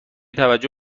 توجه